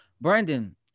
Brandon